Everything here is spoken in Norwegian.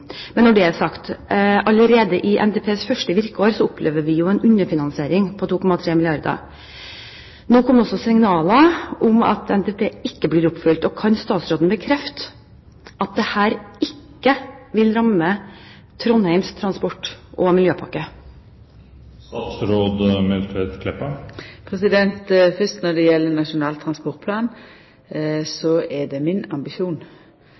Men når det er sagt: Allerede i NTPs første virkeår opplever vi en underfinansiering på 2,3 milliarder kr. Nå kom også signaler om at NTP ikke blir oppfylt. Kan statsråden bekrefte at dette ikke vil ramme Trondheims transport- og miljøpakke? Fyrst når det gjeld Nasjonal transportplan, er det min ambisjon